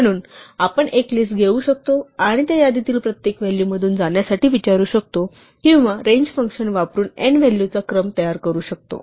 म्हणून आपण एक लिस्ट देऊ शकतो आणि त्या यादीतील प्रत्येक व्हॅल्यूमधून जाण्यासाठी विचारू शकतो किंवा रेंज फंक्शन वापरून n व्हॅल्यूचा क्रम तयार करू शकतो